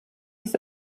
des